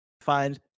find